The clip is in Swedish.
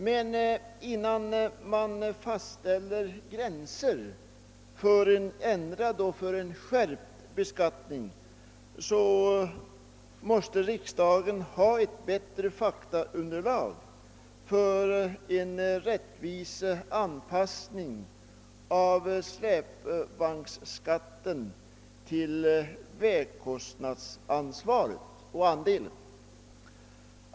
Men innan man fastställer gränserna för en ändrad och skärpt beskattning måste riksdagen ha ett bättre faktaunderlag för en rättvis anpassning av släpvagnsskatten till vägkostnadsansvaret.